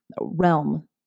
realm